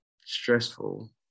stressful